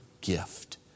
gift